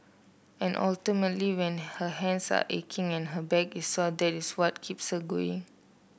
and ultimately when her hands are aching and her back is sore that is what keeps her going